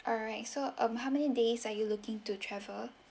alright so um how many days are you looking to travel